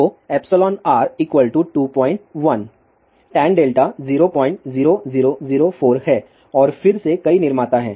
तो εr 21 tan delta 00004 है और फिर से कई निर्माता हैं